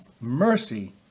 mercy